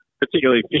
particularly